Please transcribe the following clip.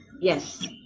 Yes